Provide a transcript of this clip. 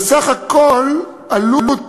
בסך הכול, עלות